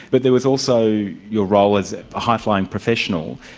but there was also your role as a high-flying professional.